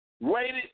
waited